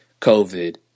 COVID